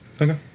Okay